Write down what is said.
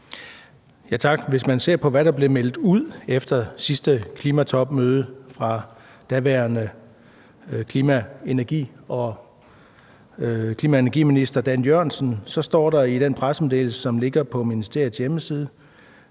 Tak. Hvis man ser på, hvad der blev meldt ud efter sidste klimatopmøde af daværende klima-, energi- og forsyningsminister Dan Jørgensen, så står der i den pressemeddelelse, som ligger på ministeriets hjemmeside: